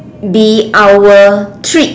be our treat